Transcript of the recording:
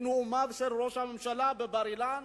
נאומו של ראש הממשלה בבר-אילן,